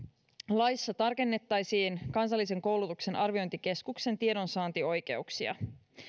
laissa tarkennettaisiin kansallisen koulutuksen arviointikeskuksen tiedonsaantioikeuksia